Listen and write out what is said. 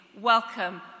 welcome